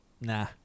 Nah